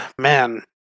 man